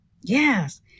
Yes